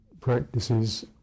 practices